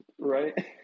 Right